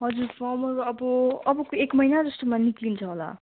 हजुर फर्महरू अब अबको एक महिना जस्तोमा निक्लिन्छ होला